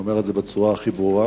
אני אומר את זה בצורה הכי ברורה,